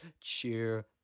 cheer